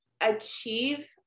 achieve